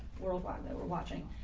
worldwide that we're watching.